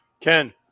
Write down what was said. Ken